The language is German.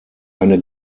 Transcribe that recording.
eine